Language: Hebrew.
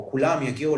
או כולם יגיעו,